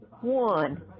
one